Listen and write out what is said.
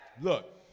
Look